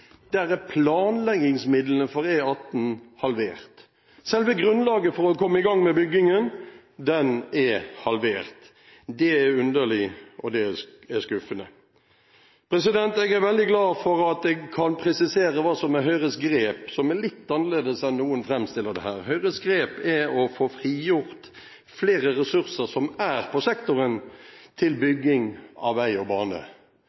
der en så fryktelig gjerne skulle hatt gul midtstripe hele veien – og den andre armen går østover, E18, mot Østlandet. I denne meldingen, som det skrytes høyt av, er altså planleggingsmidlene for E18 halvert. Selve grunnlaget for å komme i gang med byggingen er halvert. Det er underlig, og det er skuffende. Jeg er veldig glad for at jeg kan presisere hva som er Høyres grep, som er litt annerledes enn noen framstiller det her. Høyres grep